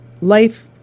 life